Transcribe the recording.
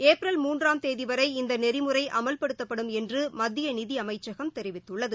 April மூன்றாம் தேதிவரை இந்தநெறிமுறைஅமல்படுத்தப்படும் என்றுமத்தியநிதிஅமைச்சகம் தெரிவித்துள்ளது